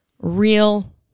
real